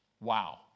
wow